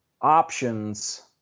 options